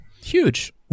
Huge